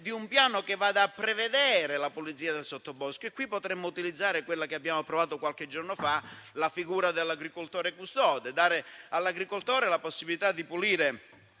di un piano che vada a prevedere la pulizia del sottobosco e qui potremmo fare ricorso alla figura, di cui abbiamo discusso qualche giorno fa, la figura dell'agricoltore custode, dando all'agricoltore la possibilità di pulire